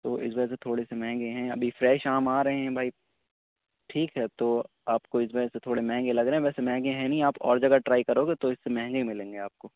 تو اس وجہ سے تھوڑے سے مہنگے ہیں ابھی فریش آم آ رہے ہیں بھائی ٹھیک ہے تو آپ کو اس وجہ سے تھوڑے مہنگے لگ رہے ہیں ویسے مہنگے ہیں نہیں ویسے آپ اور جگہ ٹرائی کرو گے تو اس سے مہنگے ہی ملیں گے آپ کو